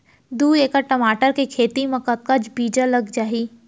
दू एकड़ टमाटर के खेती मा कतका बीजा लग जाही?